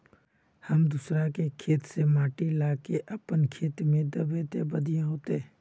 हम दूसरा के खेत से माटी ला के अपन खेत में दबे ते बढ़िया होते?